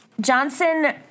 Johnson